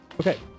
Okay